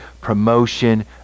promotion